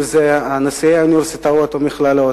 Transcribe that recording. אם זה נשיאי האוניברסיטאות והמכללות,